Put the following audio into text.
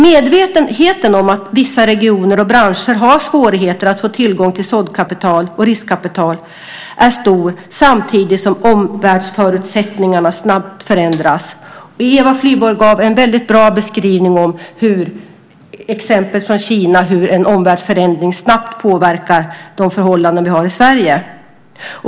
Medvetenheten om att vissa regioner och branscher har svårigheter att få tillgång till såddkapital och riskkapital är stor samtidigt som omvärldsförutsättningarna snabbt förändras. Eva Flyborg gav en väldigt bra beskrivning med exempel från Kina, hur en omvärldsförändring snabbt påverkar de förhållanden vi har i Sverige.